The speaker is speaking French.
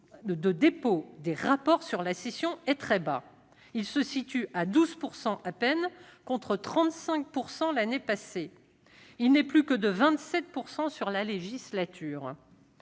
de dépôt des rapports sur la session est très bas. Il se situe à 12 % à peine, contre 35 % l'année passée. Il n'est de plus que de 27 % sur la législature.